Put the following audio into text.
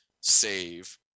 save